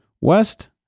west